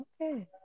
Okay